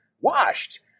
washed